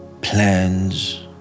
plans